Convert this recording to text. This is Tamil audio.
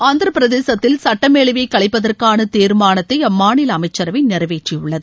ஆந்திரபிரதேசத்தில் சுட்டமேலவையை கலைப்பதற்கான தீர்மானத்தை அம்மாநில அமைச்சரவை நிறைவேற்றியுள்ளது